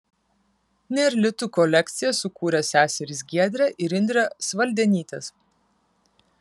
nėr litų kolekciją sukūrė seserys giedrė ir indrė svaldenytės